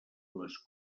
les